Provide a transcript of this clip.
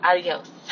Adiós